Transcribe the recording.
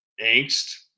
angst